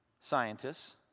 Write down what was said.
scientists